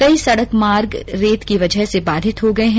कई सड़क मार्ग रेत की वजह से बाधित हो गए हैं